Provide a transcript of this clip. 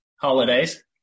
holidays